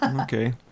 Okay